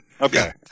Okay